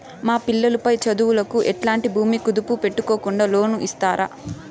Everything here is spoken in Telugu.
మా పిల్లలు పై చదువులకు ఎట్లాంటి భూమి కుదువు పెట్టుకోకుండా లోను ఇస్తారా